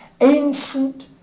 ancient